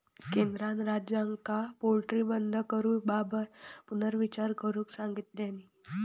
केंद्रान राज्यांका पोल्ट्री बंद करूबाबत पुनर्विचार करुक सांगितलानी